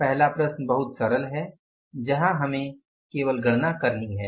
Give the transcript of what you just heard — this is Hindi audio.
पहली प्रश्न बहुत सरल है जहाँ हमें केवल गणना करनी है